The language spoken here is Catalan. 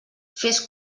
fes